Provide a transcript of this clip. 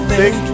big